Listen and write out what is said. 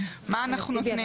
מה אנחנו נותנים,